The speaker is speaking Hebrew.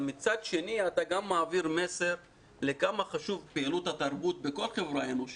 אבל מצד שני אתה גם מעביר מסר לכמה חשוב פעילות התרבות בכל חברה אנושית.